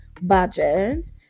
budget